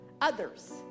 others